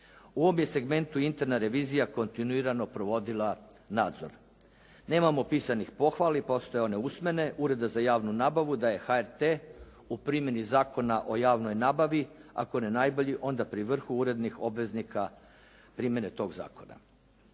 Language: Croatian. U ovom je segmentu interna revizija kontinuirano provodila nadzor. Nemamo pisanih pohvali, postoje one usmene Ureda za javnu nabavu da je HRT u primjeni Zakona o javnoj nabavi ako ne najbolji, onda pri vrhu urednih obveznika primjene tog zakona.